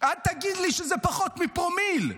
אל תגיד לי שזה פחות מפרומיל.